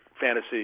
fantasy